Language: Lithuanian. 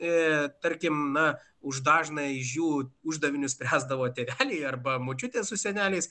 ir tarkim na už dažnai žiū uždavinius spręsdavo tėveliai arba močiutė su seneliais